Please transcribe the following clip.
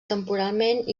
temporalment